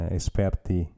esperti